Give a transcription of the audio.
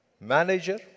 manager